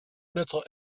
battle